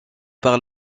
par